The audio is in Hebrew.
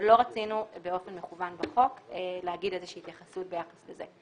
ולא רצינו באופן מכוון בחוק להגיד התייחסות ביחס לזה.